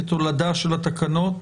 כתולדה של התקנות,